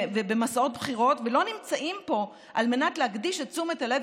ובמסעות בחירות ולא נמצאים פה על מנת להקדיש את תשומת הלב